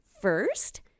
First